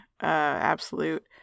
Absolute